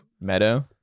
Meadow